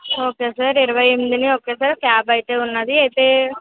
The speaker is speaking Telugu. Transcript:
ఓకే సార్ ఇరవై ఎనిమిది ఓకే సార్ క్యాబ్ అయితే ఉంది అయితే